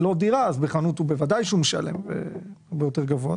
ולא דירה בחנות הוא בוודאי משלם הרבה יותר גבוה.